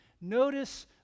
Notice